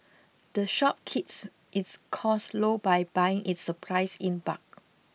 the shop keeps its costs low by buying its supplies in bulk